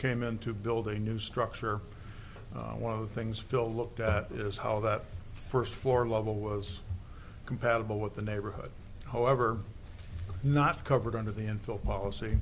came in to build a new structure one of the things phil looked at is how that first floor level was compatible with the neighborhood however not covered under the infill policy